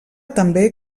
també